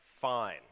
fine